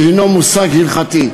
שזה מושג הלכתי.